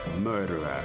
Murderer